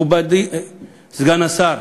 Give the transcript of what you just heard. מכובדי סגן השר,